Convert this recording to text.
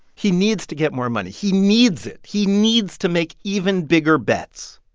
he needs to get more money. he needs it. he needs to make even bigger bets.